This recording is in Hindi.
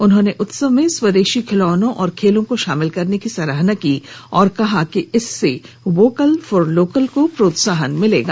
उन्होंने उत्सव में स्वदेशी खिलौनों और खेलों को शामिल करने की सराहना की और कहा कि इससे वोकल फॉर लोकल को प्रोत्साहन मिलेगा